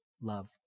love